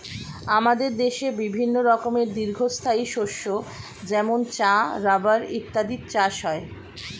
আমাদের দেশে বিভিন্ন রকমের দীর্ঘস্থায়ী শস্য যেমন চা, রাবার ইত্যাদির চাষ হয়